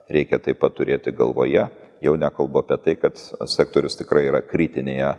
reikia taip pat turėti galvoje jau nekalbu apie tai kad sektorius tikrai yra kritinėje